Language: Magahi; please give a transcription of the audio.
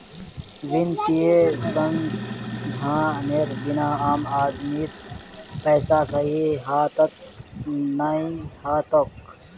वित्तीय संस्थानेर बिना आम आदमीर पैसा सही हाथत नइ ह तोक